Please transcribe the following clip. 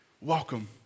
Welcome